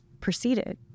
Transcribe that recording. proceeded